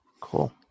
Cool